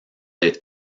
des